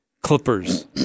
Clippers